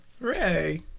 Hooray